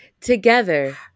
together